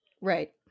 right